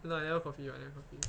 no lah I never copy [what]